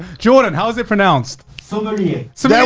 jordan, how is it pronounced? sommelier. so yeah